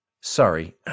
Sorry